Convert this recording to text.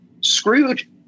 Scrooge –